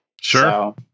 Sure